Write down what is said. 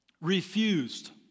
refused